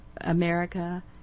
America